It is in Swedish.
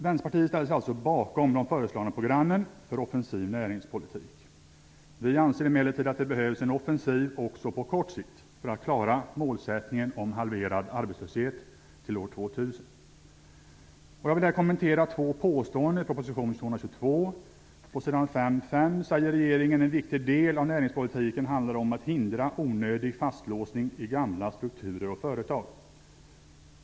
Vänsterpartiet ställer sig alltså bakom de föreslagna programmen för offensiv näringspolitik. Vi anser emellertid att det behövs en offensiv också på kort sikt för att klara målsättningen om halverad arbetslöshet till år 2000. Jag vill här kommentera två påståenden i proposition 222. På s. 5.5 säger regeringen: "En viktig del av näringspolitiken handlar om att hindra onödig fastlåsning i gamla strukturer och företag."